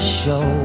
show